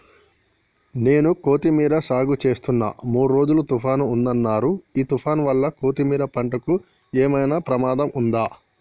నేను కొత్తిమీర సాగుచేస్తున్న మూడు రోజులు తుఫాన్ ఉందన్నరు ఈ తుఫాన్ వల్ల కొత్తిమీర పంటకు ఏమైనా ప్రమాదం ఉందా?